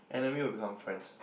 enemy will become friends